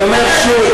אני אומר שוב,